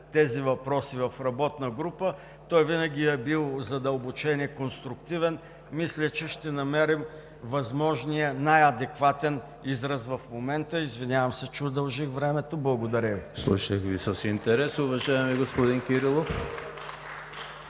тези въпроси в работна група. Той винаги е бил задълбочен и конструктивен и мисля, че ще намерим възможния най-адекватен израз в момента. Извинявам се, че удължих времето. Благодаря Ви. (Частични ръкопляскания от